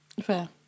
fair